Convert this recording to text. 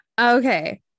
okay